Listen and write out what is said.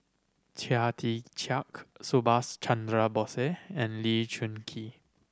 Chia Tee Chiak Subhas Chandra Bose and Lee Choon Kee